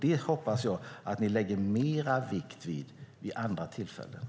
Det hoppas jag att ni vid andra tillfällen lägger mer vikt vid.